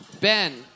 Ben